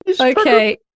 okay